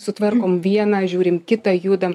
sutvarkom vieną žiūrim kitą judam